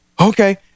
Okay